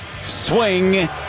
Swing